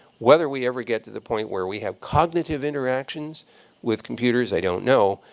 whether we ever get to the point where we have cognitive interactions with computers, i don't know.